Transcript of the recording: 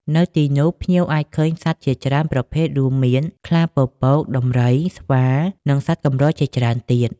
នៅទីនោះ ភ្ញៀវអាចឃើញសត្វជាច្រើនប្រភេទ រួមមាន ខ្លាពពក ដំរី ស្វា និងសត្វកម្រជាច្រើនទៀត ។